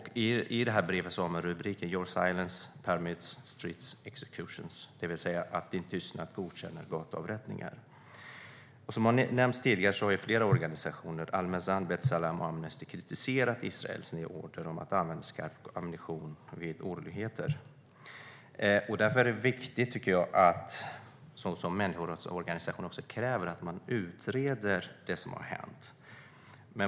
Det här brevet har rubriken "Your silence permits street executions", det vill säga att din tystnad godkänner gatuavrättningar. Som har nämnts tidigare har flera organisationer, bland annat Al Mezan, B ́Tselem och Amnesty, kritiserat Israels nya order om att använda skarp ammunition vid oroligheter. Därför är det viktigt - så som människorättsorganisationerna kräver - att man utreder det som har hänt.